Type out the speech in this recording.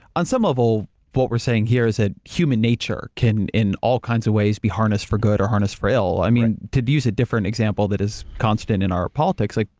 on some level, what we're saying here is that human nature can in all kinds of ways be harnessed for good or harnessed for ill. right. i mean, to use a different example that is constant in our politics, like,